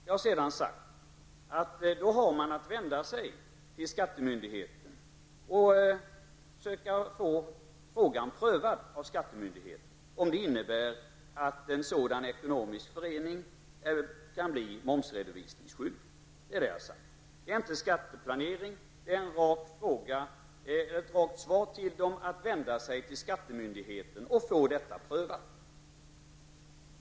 Jag har vidare sagt att man då kan vända sig till skattemyndigheten och söka få frågan prövad av myndigheten om det innebär att en sådan ekonomisk förening kan bli momsredovisningsskyldig. Det är inte skatteplanering, utan det är att vända sig till skattemyndigheten för att få saken prövad.